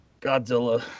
Godzilla